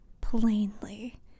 plainly